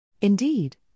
Indeed